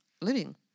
living